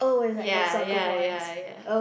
ya ya ya ya